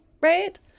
right